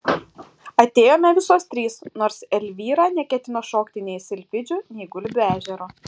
atėjome visos trys nors elvyra neketino šokti nei silfidžių nei gulbių ežero